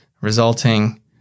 resulting